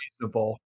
reasonable